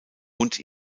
und